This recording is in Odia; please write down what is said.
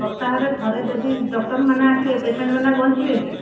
ସପ୍ତାହରେ ଥରେ ଯଦି ଡକ୍ଟରମାନେ ଆସିବେ ପେସେଣ୍ଟମାନେ ଆଉ ବଞ୍ଚିବେନି